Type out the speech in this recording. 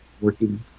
working